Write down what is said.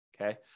Okay